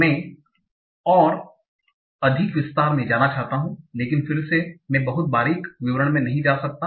मैं और अधिक विस्तार में जाना चाहता हूँ लेकिन फिर से मैं बहुत बारीक विवरण में नहीं जा सकता